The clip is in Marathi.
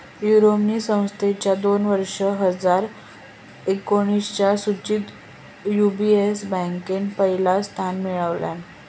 यूरोमनी संस्थेच्या वर्ष दोन हजार एकोणीसच्या सुचीत यू.बी.एस बँकेन पहिला स्थान मिळवल्यान